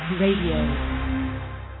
Radio